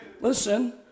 Listen